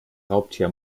raubtier